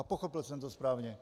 Pochopil jsem to správně?